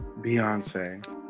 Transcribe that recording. beyonce